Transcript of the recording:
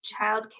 childcare